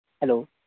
hello